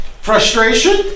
Frustration